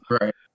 Right